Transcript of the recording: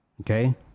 okay